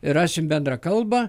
rasim bendrą kalbą